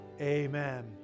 amen